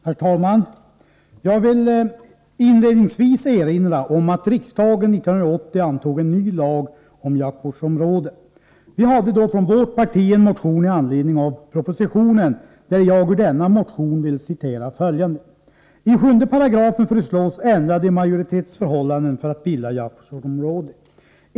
Herr talman! Jag vill inledningsvis erinra om att riksdagen år 1980 antog en ny lag om jaktvårdsområden. Vi väckte då från vårt parti en motion i anledning av propositionen. Ur denna motion vill jag citera följande: ”I7 § föreslås ändrade majoritetsförhållanden för att bilda jaktvårdsområde.